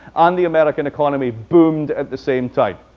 um the american economy boomed at the same time.